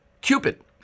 Cupid